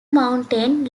mountain